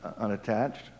unattached